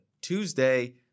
Tuesday